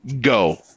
Go